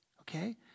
Okay